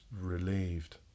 relieved